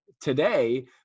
today